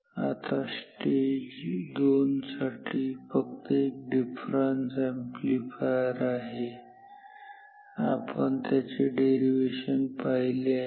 आता स्टेज 2 साठी हा फक्त एक डिफरेन्स अॅम्प्लीफायर आहे आणि आपण त्याचे डेरिवेशन पाहिले आहे